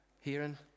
hearing